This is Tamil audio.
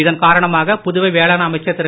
இதன் காரணமாக புதுவை வேளாண் அமைச்சர் திரு